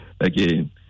again